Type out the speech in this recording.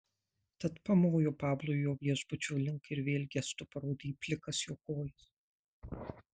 tad pamojo pablui jo viešbučio link ir vėl gestu parodė į plikas jo kojas